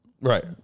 right